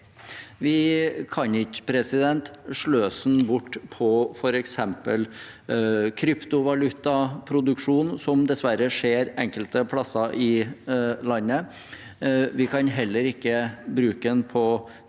Vi kan ikke sløse den bort på f.eks. kryptovalutaproduksjon, som dessverre skjer enkelte plasser i landet. Vi kan heller ikke bruke den på